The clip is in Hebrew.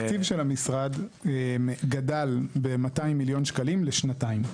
התקציב של המשרד גדל ב-200 מיליון שקלים לשנתיים,